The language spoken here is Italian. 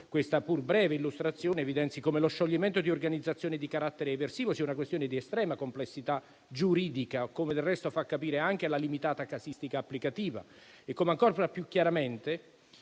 questa pur breve illustrazione evidenzi come lo scioglimento di organizzazioni di carattere eversivo sia una questione di estrema complessità giuridica, come del resto fa capire anche la limitata casistica applicativa. Ancora più chiaramente